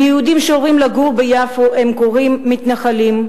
ליהודים שעוברים לגור ביפו הם קוראים "מתנחלים",